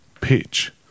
pitch